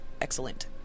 Excellent